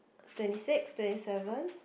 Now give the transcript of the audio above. twenty six twenty seven